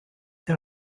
der